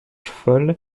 folle